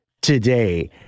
today